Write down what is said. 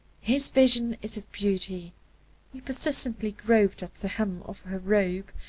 his vision is of beauty he persistently groped at the hem of her robe,